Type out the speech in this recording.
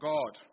God